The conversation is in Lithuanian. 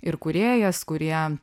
ir kūrėjas kurie